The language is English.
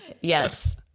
Yes